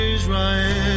Israel